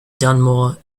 dunmore